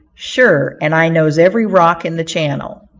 sure and i knows every rock in the channel.